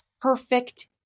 perfect